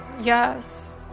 Yes